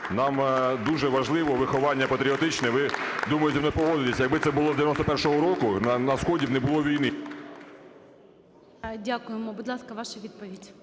Нам дуже важливо виховання патріотичне. Ви, думаю, зі мною погодитеся: якби це було з 91-го року, на сході б не було війни. ГОЛОВУЮЧИЙ. Дякуємо. Будь ласка, ваша відповідь.